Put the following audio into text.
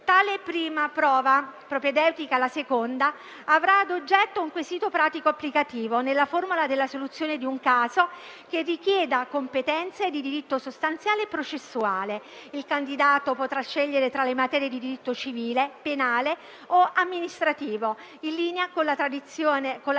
Tale prima prova, propedeutica alla seconda, avrà ad oggetto un quesito pratico applicativo nella formula della soluzione di un caso che richieda competenze di diritto sostanziale e processuale. Il candidato potrà scegliere tra le materie di diritto civile, penale o amministrativo, in linea con la tradizionale